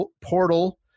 portal